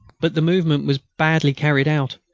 but the movement was badly carried out.